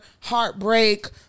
heartbreak